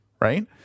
right